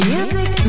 Music